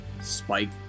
spike